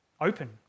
open